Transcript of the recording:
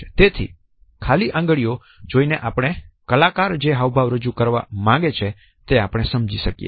તેથી ખાલી આંગળીઓ જોઈને આપણે કલાકાર જે હાવભાવ રજુ કરવા માંગે છે તે આપણે સમજી શકીએ